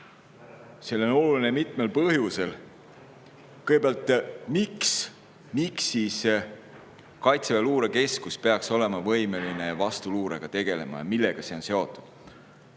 See on oluline mitmel põhjusel. Kõigepealt, miks Kaitseväe luurekeskus peaks olema võimeline vastuluurega tegelema, millega see on seotud?